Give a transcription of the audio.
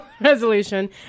resolution